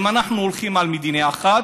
אם אנחנו הולכים על מדינה אחת,